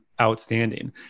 outstanding